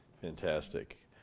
Fantastic